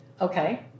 Okay